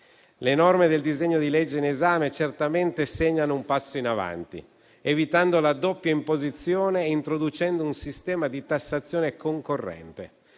Le norme del disegno di legge in esame certamente segnano un passo in avanti, evitando la doppia imposizione e introducendo un sistema di tassazione concorrente: